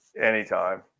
anytime